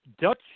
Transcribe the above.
Dutch